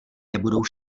nebudou